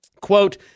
Quote